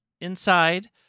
inside